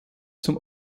zum